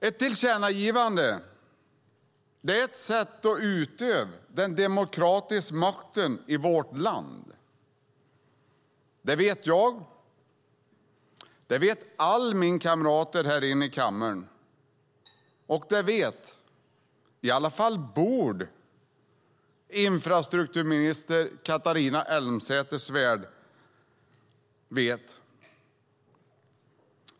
Ett tillkännagivande är ett sätt att utöva den demokratiska makten i vårt land. Det vet jag, det vet alla mina kamrater här inne i kammaren och det borde i alla fall infrastrukturminister Catharina Elmsäter-Svärd veta.